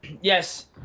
Yes